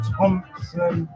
Thompson